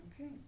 Okay